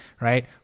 right